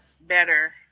better